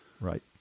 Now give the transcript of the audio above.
right